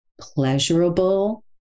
pleasurable